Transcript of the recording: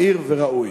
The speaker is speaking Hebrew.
מהיר וראוי.